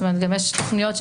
זאת אומרת יש גם תכניות,